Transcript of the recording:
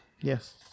yes